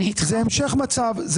זה המשך מצב.